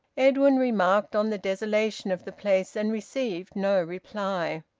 edwin remarked on the desolation of the place and received no reply.